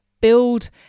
build